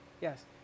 Yes